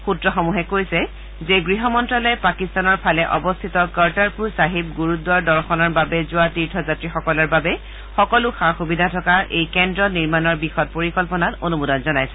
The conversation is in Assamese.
সুত্ৰসমূহে কৈছে যে গহ মন্ত্যালয়ে পাকিস্তানৰ ফালে অৱস্থিত কৰ্টাৰপুৰ ছাহিব গুৰুদ্বাৰ দৰ্শনৰ বাবে যোৱা তীৰ্থযাত্ৰীসকলৰ বাবে সকলো সা সুবিধা থকা এই কেন্দ্ৰ নিৰ্মাণৰ বিশদ পৰিকল্পনাত অনুমোদন জনাইছে